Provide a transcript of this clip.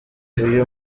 uyu